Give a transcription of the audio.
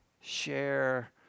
share